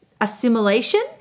assimilation